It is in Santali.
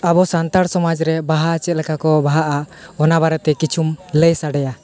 ᱟᱵᱚ ᱥᱟᱱᱛᱟᱲ ᱥᱚᱢᱟᱡᱽᱨᱮ ᱵᱟᱦᱟ ᱪᱮᱫ ᱞᱮᱠᱟᱠᱚ ᱵᱟᱦᱟᱜᱼᱟ ᱚᱱᱟ ᱵᱟᱨᱮᱛᱮ ᱠᱤᱪᱷᱩᱢ ᱞᱟᱹᱭ ᱥᱟᱰᱮᱭᱟ